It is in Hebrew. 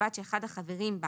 ובלבד שאחד החברים בה